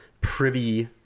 privy